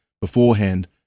beforehand